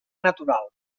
natural